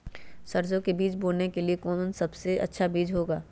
सरसो के बीज बोने के लिए कौन सबसे अच्छा बीज होगा?